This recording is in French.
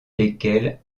lesquels